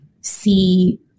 see